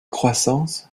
croissance